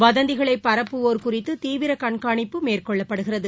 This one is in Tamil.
வதந்திகளை பரப்புவோர் குறித்து தீவிர கண்காணிப்பு மேற்கொள்ளப்படுகிறது